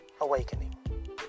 awakening